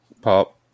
Pop